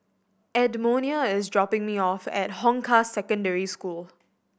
Edmonia is dropping me off at Hong Kah Secondary School